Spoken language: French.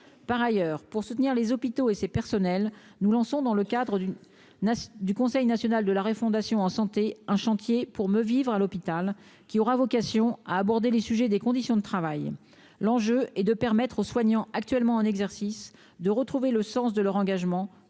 par ailleurs, pour soutenir les hôpitaux et ces personnels nous lançons dans le cadre d'une nation du Conseil national de la refondation enchanté un chantier pour me vivre à l'hôpital, qui aura vocation à aborder les sujets des conditions de travail, l'enjeu est de permettre aux soignants actuellement en exercice, de retrouver le sens de leur engagement